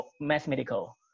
mathematical